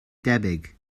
debyg